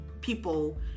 people